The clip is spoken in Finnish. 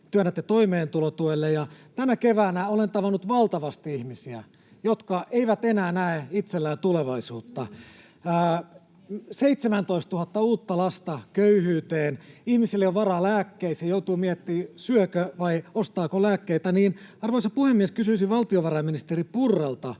työnnätte toimeentulotuelle. Tänä keväänä olen tavannut valtavasti ihmisiä, jotka eivät enää näe itsellään tulevaisuutta. 17 000 uutta lasta köyhyyteen. Ihmisillä ei ole varaa lääkkeisiin ja joutuu miettimään, syökö vai ostaako lääkkeitä. Arvoisa puhemies! Kysyisin valtiovarainministeri Purralta: